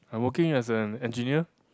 I'm working as an engineer